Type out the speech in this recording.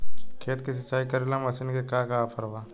खेत के सिंचाई करेला मशीन के का ऑफर बा?